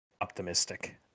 optimistic